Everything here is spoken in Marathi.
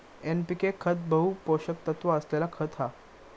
एनपीके खत बहु पोषक तत्त्व असलेला खत हा